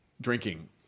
drinking